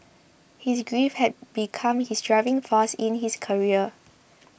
his grief had become his driving force in his career